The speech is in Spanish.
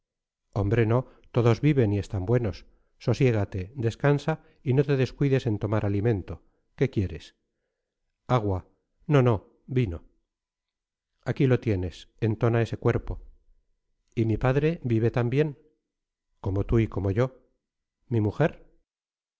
hombre no todos viven y están buenos sosiégate descansa y no te descuides en tomar alimento qué quieres agua no no vino aquí lo tienes entona ese cuerpo y mi padre vive también como tú y como yo mi mujer